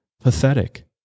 pathetic